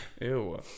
Ew